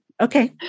Okay